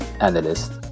analyst